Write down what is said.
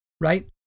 right